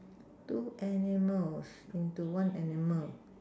two animals into one animal